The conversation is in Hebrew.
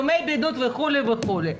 ימי בידוד וכו' וכו',